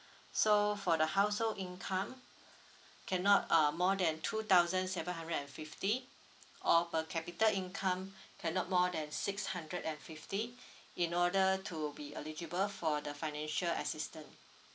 so for the household income cannot uh more than two thousand seven hundred and fifty or per capita income cannot more than six hundred and fifty in order to be eligible for the financial assistant